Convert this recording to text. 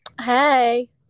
Hey